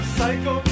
Psycho